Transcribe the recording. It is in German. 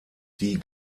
die